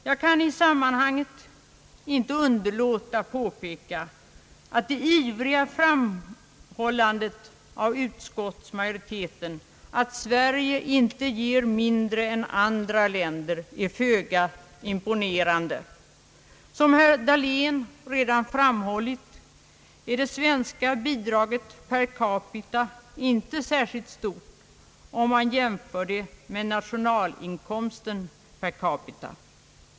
Jag kan i detta sammanhang inte underlåta att påpeka att det ivriga framhållandet av utskottsmajoriteten att Sverige inte ger mindre än andra länder är föga imponerande. Som herr Dahlén redan framhållit är det svenska bidraget per capita inte särskilt stort om man jämför det med nationalinkomsten per capita.